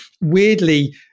weirdly